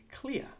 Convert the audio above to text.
clear